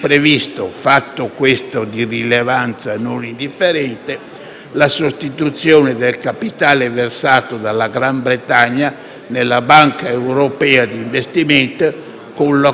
la sostituzione del capitale versato dalla Gran Bretagna nella Banca europea degli investimenti, con l'accollo di tale onere, *pro quota*, agli Stati membri.